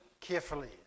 carefully